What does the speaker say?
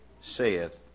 saith